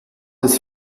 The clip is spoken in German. des